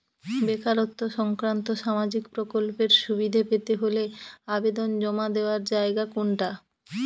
বেকারত্ব সংক্রান্ত সামাজিক প্রকল্পের সুবিধে পেতে হলে আবেদন জমা দেওয়ার জায়গা কোনটা?